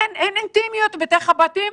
אין אינטימיות בתוך הבתים,